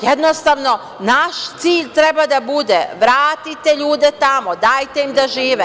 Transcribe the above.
Jednostavno naš cilj treba da bude - vratite ljude tamo, dajte im da žive.